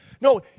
No